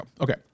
Okay